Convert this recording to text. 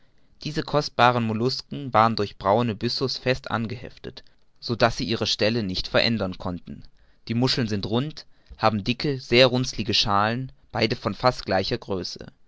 diese kostbaren mollusken waren durch braunen byssus fest angeheftet so daß sie ihre stelle nicht verändern konnten die muscheln sind rund haben dicke sehr runzelige schalen beide von fast gleicher größe